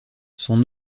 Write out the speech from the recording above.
son